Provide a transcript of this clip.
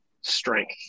strength